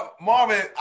Marvin